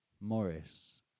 Morris